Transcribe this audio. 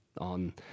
on